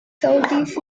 southeast